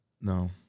No